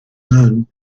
none